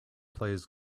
plays